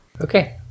Okay